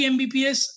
Mbps